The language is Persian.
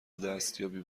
دستیابی